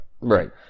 Right